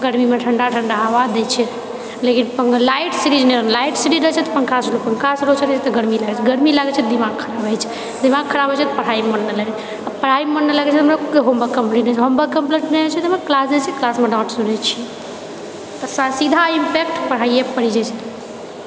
गर्मीमे ठण्डा ठण्डा हवा दए छै लेकिन लाइट सही नहि लाइट सही नहि रहैत छै तऽ पङ्खा स्लो पङ्खा स्लो चलैत छै तऽ गर्मी लागैत छे गर्मी लागैत छै तऽ दिमाग खराब रहैत छै दिमाग खराब रहैत छै तऽ पढ़ाइमे मोन नहि लागैत छै आ पढ़ाइमे मोन नहि लागैत छै तऽ होमवर्क कम्प्लीट नहि होइत छै होमवर्क कम्प्लीट नहि होइत छै तऽ हम क्लास जाइत छी तऽ क्लासमे डाँट सुनैत छिए तऽ सीधा इम्पैक्ट पढ़ाइए पर पड़ि जाइत छेै